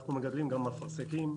אנחנו מגדלים גם אפרסקים,